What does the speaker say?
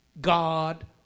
God